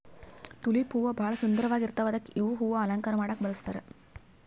tulip ಹೂವಾ ಭಾಳ್ ಸುಂದರ್ವಾಗ್ ಇರ್ತವ್ ಅದಕ್ಕೆ ಇವ್ ಹೂವಾ ಅಲಂಕಾರ್ ಮಾಡಕ್ಕ್ ಬಳಸ್ತಾರ್